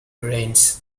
range